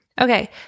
Okay